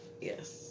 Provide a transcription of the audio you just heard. Yes